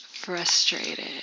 frustrated